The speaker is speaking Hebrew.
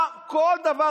כל דבר,